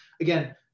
Again